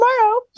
tomorrow